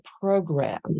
program